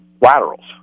laterals